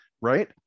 right